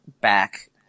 back